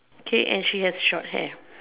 okay and she has short hair